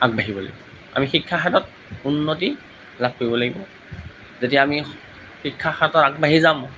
আগবঢ়িব লাগিব আমি শিক্ষাৰ ক্ষেত্ৰত উন্নতি লাভ কৰিব লাগিব যেতিয়া আমি শিক্ষাৰ ক্ষেত্ৰত আগবাঢ়ি যাম